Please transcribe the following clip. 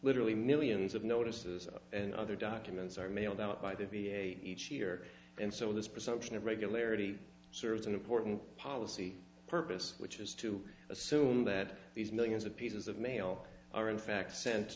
literally millions of notices and other documents are mailed out by the v a each year and so this presumption of regularity serves an important policy purpose which is to assume that these millions of pieces of mail are in fact sent